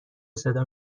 صدا